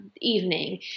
evening